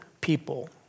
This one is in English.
people